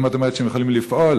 אם את אומרת שהם יכולים לפעול,